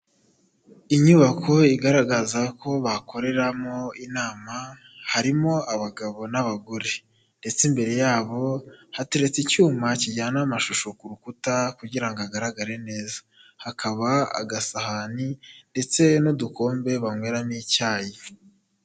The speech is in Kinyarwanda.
Inyubako igaragaza ko bakoreramo inama harimo abagabo n'abagore ndetse imbere yabo hateretse icyuma kijyana amashusho ku rukuta kugira ngo agaragare neza, hakaba agasahani ndetse n'udukombe banyweramo icyayi.